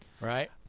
Right